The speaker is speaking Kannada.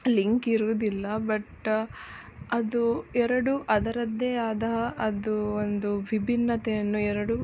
ಲಿಂಕ್ ಇರುವುದಿಲ್ಲ ಬಟ್ ಅದು ಎರಡೂ ಅದರದ್ದೇ ಆದ ಅದು ಒಂದು ವಿಭಿನ್ನತೆಯನ್ನು ಎರಡು